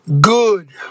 good